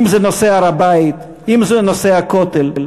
אם נושא הר-הבית, אם נושא הכותל.